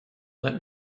let